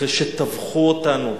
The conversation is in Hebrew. אחרי שטבחו אותנו,